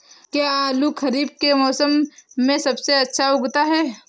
क्या आलू खरीफ के मौसम में सबसे अच्छा उगता है?